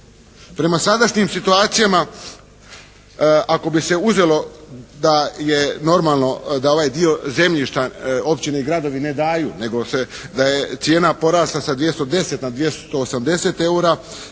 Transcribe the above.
Prema sadašnjim situacijama ako bi se uzelo da je normalno da ovaj zemljišta općine i gradovi ne daju nego da je cijena porasla sa 210 na 280 eura